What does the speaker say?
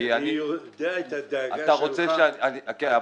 יודע על הדאגה שלך --- אתה רוצה שאני